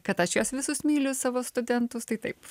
kad aš juos visus myliu savo studentus tai taip